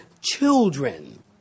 children